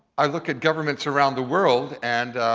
i look at governments around the world and